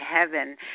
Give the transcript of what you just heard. heaven